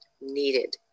needed